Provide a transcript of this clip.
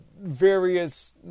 various